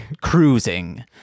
cruising